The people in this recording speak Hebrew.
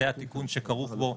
זה התיקון שכרוך בו.